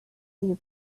you